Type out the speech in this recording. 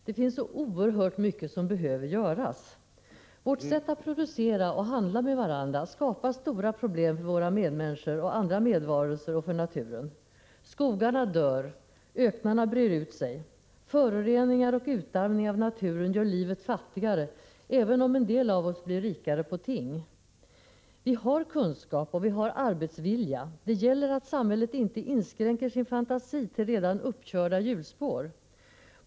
Det finns så oerhört mycket som behöver göras. Vårt sätt att producera och handla med varandra skapar stora problem för våra medmänniskor och andra medvarelser och för naturen. Skogarna dör, öknarna breder ut sig. Föroreningar och utarmning av naturen gör livet fattigare, även om en del av oss blir rikare på ting. Vi har kunskap och vi har arbetsvilja. Det gäller att samhället inte inskränker sin fantasi till redan uppkörda hjulspår.